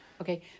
Okay